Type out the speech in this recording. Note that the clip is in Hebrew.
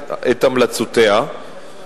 את המלצותיה,